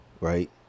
right